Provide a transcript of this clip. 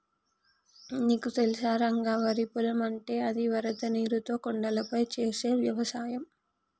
నీకు తెలుసా రంగ వరి పొలం అంటే అది వరద నీరుతో కొండలపై చేసే వ్యవసాయం